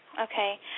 Okay